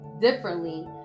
differently